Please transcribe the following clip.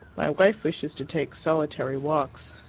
my wife wishes to take solitary walks.